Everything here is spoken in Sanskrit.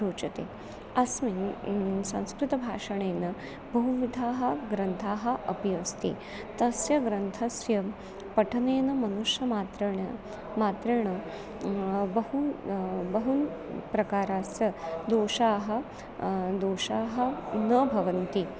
रोचते अस्मिन् संस्कृतभाषणेन बहुविधाः ग्रन्थाः अपि अस्ति तस्य ग्रन्थस्य पठनेन मनुष्यमात्रेण मात्रेण बहु बहु प्रकारस्स दोषाः दोषाः न भवन्ति